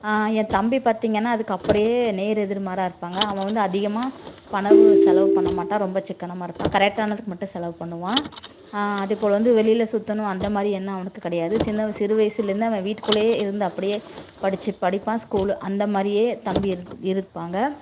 என் தம்பி பார்த்திங்கனா அதுக்கு அப்படியே நேர் எதிர்மாறாக இருப்பாங்க அவன் வந்து அதிகமாக பணவு செலவு பண்ண மாட்டான் ரொம்ப சிக்கனமாக இருப்பான் கரெக்டானதுக்கு மட்டும் செலவு பண்ணுவான் அது இப்பொழுது வந்து வெளியில் சுற்றணும் அந்த மாதிரி எண்ணம் அவனுக்கு கிடையாது சின்ன சிறு வயதுலேருந்தே அவன் வீட்டுக்குள்ளேயே இருந்து அப்படியே படிச்சு படிப்பான் ஸ்கூல் அந்த மாதிரியே தம்பி இரு இருப்பாங்க